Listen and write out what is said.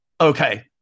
Okay